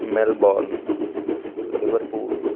Melbourne liverpool